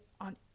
on